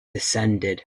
descended